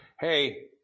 hey